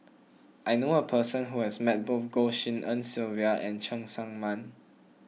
I knew a person who has met both Goh Tshin En Sylvia and Cheng Tsang Man